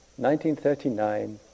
1939